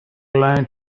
line